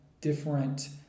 different